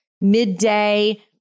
midday